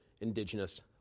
indigenous